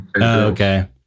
okay